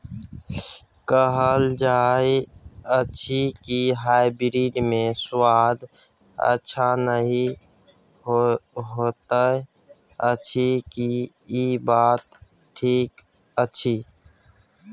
कहल जायत अछि की हाइब्रिड मे स्वाद अच्छा नही होयत अछि, की इ बात ठीक अछि?